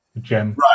Gem